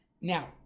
Now